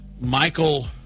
Michael